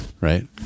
right